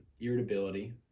irritability